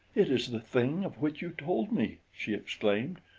it is the thing of which you told me, she exclaimed,